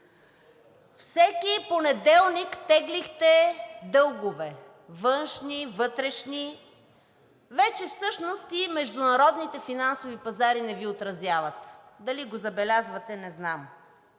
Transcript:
Всеки понеделник теглихте дългове – външни, вътрешни. Вече всъщност и международните финансови пазари не Ви отразяват. Дали го забелязвате, не знам.